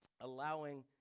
allowing